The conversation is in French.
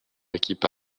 équipa